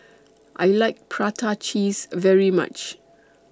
I like Prata Cheese very much